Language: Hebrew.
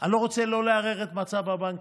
אני לא רוצה לערער את מצב הבנקים.